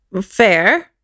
fair